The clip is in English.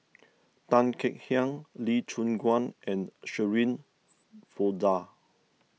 Tan Kek Hiang Lee Choon Guan and Shirin Fozdar